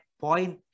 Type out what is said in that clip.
point